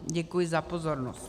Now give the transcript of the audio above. Děkuji za pozornost.